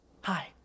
hi